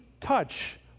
touch